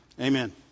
Amen